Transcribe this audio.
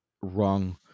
wrong